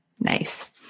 Nice